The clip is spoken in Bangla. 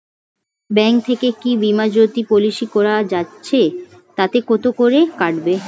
ব্যাঙ্ক থেকে কী বিমাজোতি পলিসি করা যাচ্ছে তাতে কত করে কাটবে?